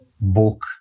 book